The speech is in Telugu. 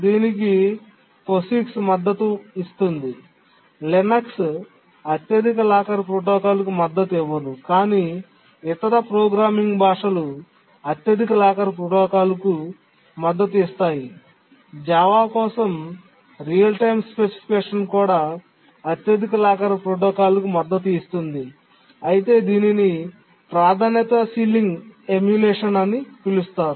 దీనికి POSIX మద్దతు ఇస్తుంది Linux అత్యధిక లాకర్ ప్రోటోకాల్కు మద్దతు ఇవ్వదు కాని ఇతర ప్రోగ్రామింగ్ భాషలు అత్యధిక లాకర్ ప్రోటోకాల్కు మద్దతు ఇస్తాయి జావా కోసం రియల్ టైమ్ స్పెసిఫికేషన్ కూడా అత్యధిక లాకర్ ప్రోటోకాల్కు మద్దతు ఇస్తుంది అయితే దీనిని ప్రాధాన్యత సీలింగ్ ఎమ్యులేషన్ అని పిలుస్తారు